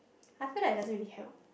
I feel like doesn't really help